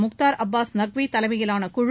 முக்தார் அப்பாஸ் நக்வி தலைமையிலான குழு